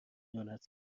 خیانت